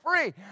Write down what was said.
free